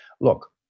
Look